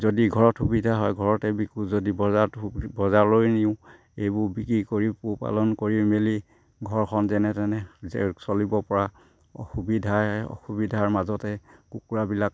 যদি ঘৰত সুবিধা হয় ঘৰতে বিকো যদি বজাৰত বজাৰলৈ নিওঁ এইবোৰ বিক্ৰী কৰি পোহপালন কৰি মেলি ঘৰখন যেনে তেনে চলিব পৰা সুবিধাই অসুবিধাৰ মাজতে কুকুৰাবিলাক